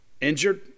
injured